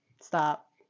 Stop